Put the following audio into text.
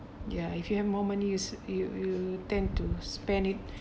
ya if you have more money yous~ you you tend to spend it